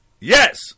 Yes